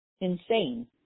insane